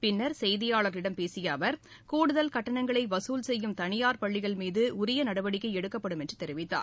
பின்னர் செய்தியாளர்களிடம் பேசிய அவர் கூடுதல் கட்டணங்களை வசூல் செய்யும் தனியார் பள்ளிகள் மீது உரிய நடவடிக்கை எடுக்கப்படும் என்று தெரிவித்தார்